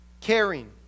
caring